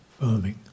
firming